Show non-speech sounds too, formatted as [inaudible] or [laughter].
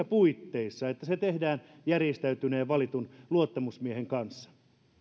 [unintelligible] puitteissa että se tehdään järjestäytyneen ja valitun luottamusmiehen kanssa